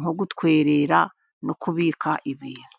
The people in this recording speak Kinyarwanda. nko gutwerera no kubika ibintu.